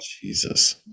jesus